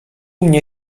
mnie